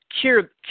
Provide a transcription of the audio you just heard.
cure